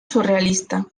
surrealista